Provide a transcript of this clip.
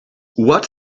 what